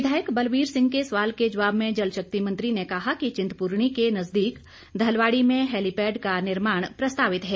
विधायक बलबीर सिंह के सवाल के जवाब में जल शक्ति मंत्री ने कहा कि चिंतप्रनी के नजदीक धलवाड़ी में हैलीपैड का निर्माण प्रस्तावित है